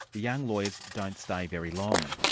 the young lawyers don't stay very long.